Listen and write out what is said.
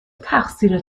تقصیر